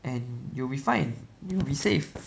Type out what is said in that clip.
and you'll be fine you'll be safe